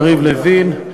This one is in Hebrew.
יריב לוין,